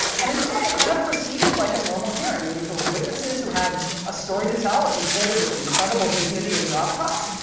and instead it kind of proceeded like a normal hearing. and these were witnesses who had a story to tell and who told it with incredible dignity and gravitas.